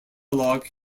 log